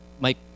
Mike